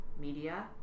media